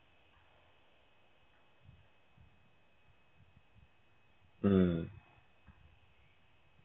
mm